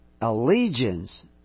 allegiance